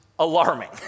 alarming